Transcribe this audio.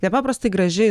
nepaprastai graži